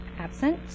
absent